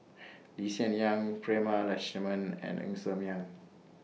Lee Hsien Yang Prema Letchumanan and Ng Ser Miang